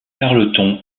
carleton